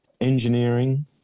engineering